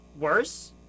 Worse